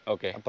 Okay